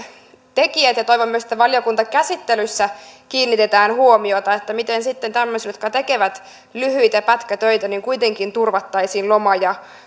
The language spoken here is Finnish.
tekijät kiinnittävät huomiota ja toivon myös että valiokuntakäsittelyssä kiinnitetään huomiota siihen miten sitten tämmöisille jotka tekevät lyhyitä pätkätöitä kuitenkin turvattaisiin loma ja